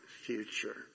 future